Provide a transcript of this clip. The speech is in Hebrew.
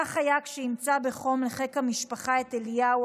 כך היה כשאימצה בחום לחיק המשפחה את אליהו,